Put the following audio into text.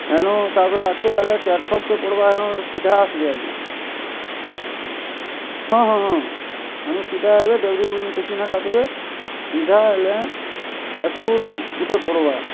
ହେନୁ ତାପରେ ଆଗ୍କେ ଆଏଲେ ଚାର୍ ଛକ୍ଟେ ପଡ଼୍ବା ହେନୁ ସିଧା ଆସ୍ବେ ଆଜ୍ଞା ହଁ ହଁ ହଁ ହେନୁ ସିଧା ଆସ୍ବେ ଡେବ୍ରି ବୁଞ୍ଜ୍ନି କିଛି ନାଇଁ କାଟ୍ବେ ସିଧା ଆଏଲେ ହାଇସ୍କୁଲ୍ ଗୁଟେ ପଡ଼୍ବା